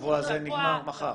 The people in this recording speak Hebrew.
השבוע הזה נגמר מחר.